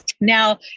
Now